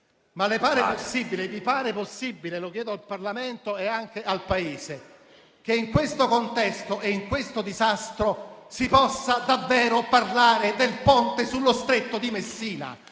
vi pare possibile - lo chiedo al Parlamento e anche al Paese - che in questo contesto e in questo disastro si possa davvero parlare del Ponte sullo Stretto di Messina?